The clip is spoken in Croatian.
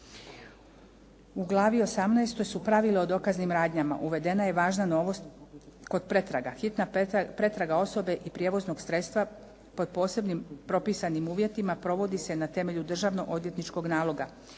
U Glavi 18. su pravila o dokaznim radnjama. Uvedena je važna novost kod pretraga. Hitna pretraga osobe i prijevoznog sredstva pod posebnim propisanim uvjetima provodi se na temelju državno odvjetničkog naloga.